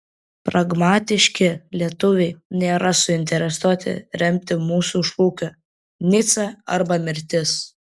pragmatiški lietuviai nėra suinteresuoti remti mūsų šūkio nica arba mirtis